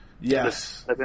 Yes